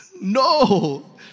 no